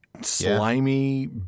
slimy